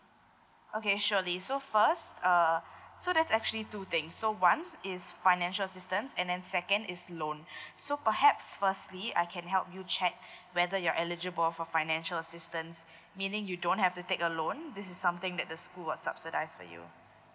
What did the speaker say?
okay surely so first uh so there's actually two things so one is financial assistance and then second is loan so perhaps firstly I can help you check whether you're eligible for financial assistance meaning you don't have to take a loan this is something that the school will subsidise for you